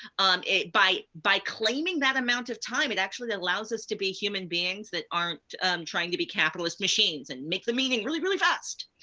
um by by claiming that amount of time, it actually allows us to be human beings that aren't trying to be capitalist machines and make the meeting really, really fast.